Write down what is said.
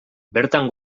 bertan